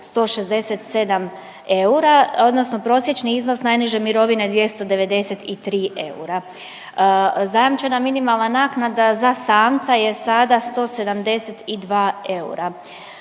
167 eura odnosno prosječni iznos najniže mirovine je 293 eura. Zajamčena minimalna naknada za samca je sada 172 eura.